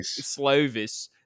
Slovis